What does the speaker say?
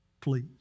Please